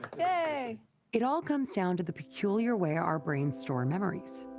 yay it all comes down to the peculiar way our brains store memories.